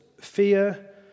Fear